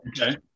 Okay